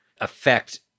affect